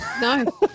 no